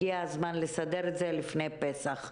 הגיע הזמן לסדר את זה לפני פסח.